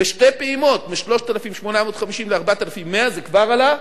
בשתי פעימות: מ-3,850 ל-4,100 זה כבר עלה,